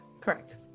correct